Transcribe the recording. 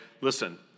listen